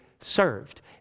served